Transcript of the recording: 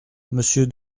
monsieur